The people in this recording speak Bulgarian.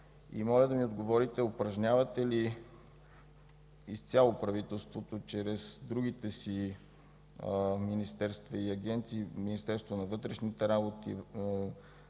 И моля да ми отговорите: упражнява ли изцяло правителството чрез другите си министерства и агенции – Министерството на вътрешните работи,